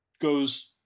goes